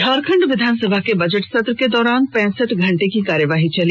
झारखंड विधानसभा के बजट सत्र के दौरान पैंसठ घंटे की कार्यवाही चली